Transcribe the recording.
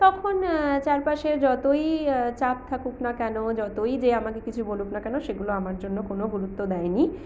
তখন চারপাশে যতই চাপ থাকুক না কেন যতই যে আমাকে কিছু বলুক না কেন সেগুলো আমার জন্য কোনো গুরুত্ব দেয়নি